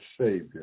Savior